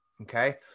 Okay